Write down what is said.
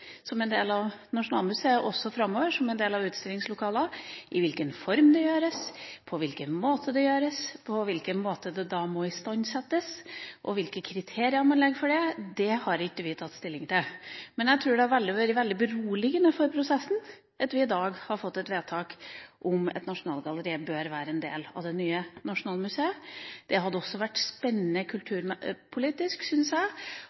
som en del av Nasjonalmuseet – og som en del av utstillingslokalene – også framover. Formen – hvilken måte dette gjøres på, hvilken måte det da må istandsettes på – og hvilke kriterier man legger for dette, har ikke vi tatt stilling til. Men jeg tror det har vært veldig beroligende for prosessen at vi i dag får et vedtak om at Nasjonalgalleriet bør være en del av det nye Nasjonalmuseet. Jeg syns også det hadde vært spennende